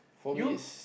youth